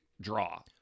draw